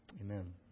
Amen